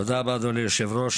תודה רבה, אדוני היושב ראש.